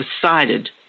decided